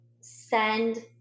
send